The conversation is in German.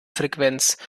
frequenz